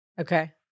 Okay